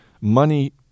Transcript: money